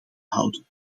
houden